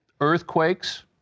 earthquakes